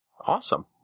Awesome